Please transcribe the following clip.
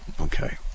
Okay